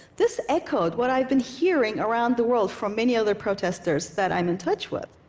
this echoed what i'd been hearing around the world from many other protesters that i'm in touch with.